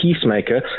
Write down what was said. Peacemaker